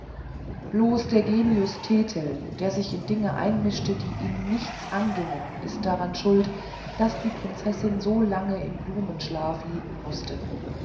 bloß der genius thetel der sich in dinge mischte die ihn nichts angingen ist daran schuld daß die prinzessin so lange im blumenschlaf liegen mußte